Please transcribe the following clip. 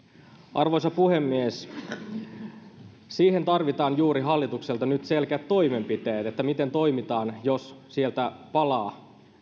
arvoisa puhemies juuri siihen tarvitaan hallitukselta nyt selkeät toimenpiteet miten toimitaan jos sieltä palaa